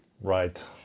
Right